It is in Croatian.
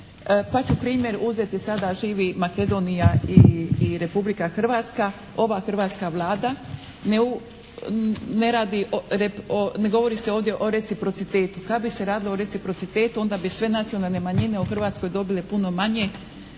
pa ću primjer uzeti sada živi Makedonija i Republika Hrvatska. Ova hrvatska Vlada ne govori se ovdje o reciprocitetu. Kad bi se radilo o reciprocitetu onda bi sve nacionalne manjine u Hrvatskoj dobile puno manje